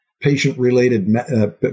patient-related